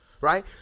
Right